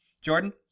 Jordan